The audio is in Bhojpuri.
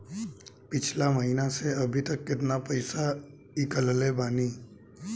पिछला महीना से अभीतक केतना पैसा ईकलले बानी?